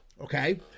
okay